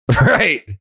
Right